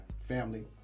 family